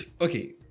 okay